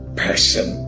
person